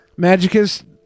magicus